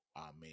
amen